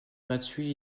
gratuits